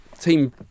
team